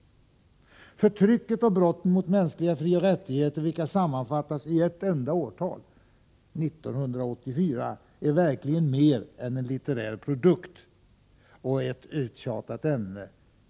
Förtrycket och brotten mot mänskliga frioch rättigheter vilka sammanfattas i ett enda årtal — 1984— är verkligen mer än "en litterär produkt” och ”ett uttjatat ämne”.